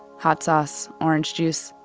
hot sauce, orange juice.